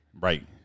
Right